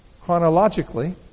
chronologically